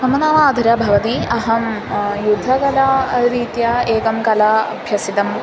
मम नाम अधर भवति अहं युद्धकलारीत्या एकां कलाम् अभ्यसितम्